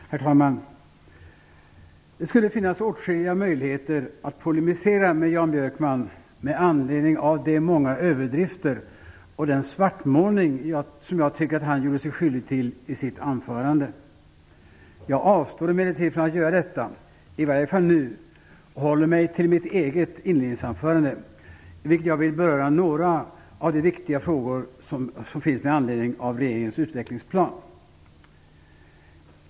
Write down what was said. Herr talman! Det finns åtskilliga möjligheter att polemisera med Jan Björkman med anledning av de många överdrifter och den svartmålning som jag tycker att han gjorde sig skyldig till i sitt anförande. Jag avstår emellertid från att göra detta, i varje fall nu, och håller mig till mitt eget inledningsanförande. I det vill jag beröra några av de viktiga frågor som berörs i regeringens utvecklingsplan.